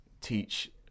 teach